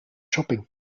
shopping